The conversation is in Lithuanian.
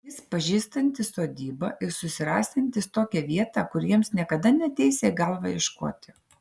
jis pažįstantis sodybą ir susirasiantis tokią vietą kur jiems niekada neateisią į galvą ieškoti